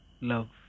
love